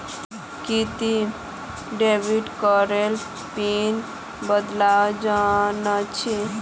कि ती डेविड कार्डेर पिन बदलवा जानछी